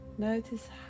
Notice